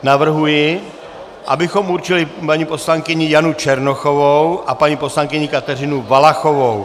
Navrhuji, abychom určili paní poslankyni Janu Černochovou a paní poslankyni Kateřinu Valachovou.